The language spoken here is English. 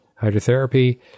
hydrotherapy